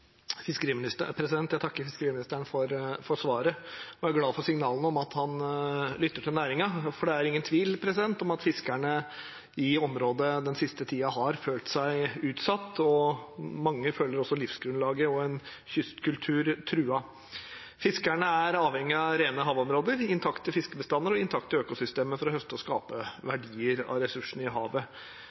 fiskeriministeren for svaret. Jeg er glad for signalene om at han lytter til næringen, for det er ingen tvil om at fiskerne i området den siste tiden har følt seg utsatt. Mange føler også at livsgrunnlaget og en kystkultur er truet. Fiskerne er avhengige av rene havområder, intakte fiskebestander og intakte økosystemer for å høste og skape verdier av ressursene i havet.